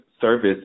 service